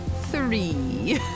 Three